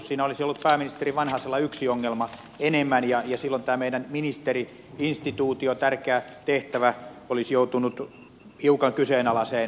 siinä olisi ollut pääministeri vanhasella yksi ongelma enemmän ja silloin tämä meidän ministeri instituutio tärkeä tehtävä olisi joutunut hiukan kyseenalaiseen asemaan